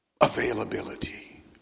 Availability